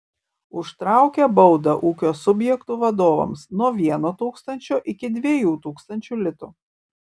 užtraukia baudą ūkio subjektų vadovams nuo vieno tūkstančio iki dviejų tūkstančių litų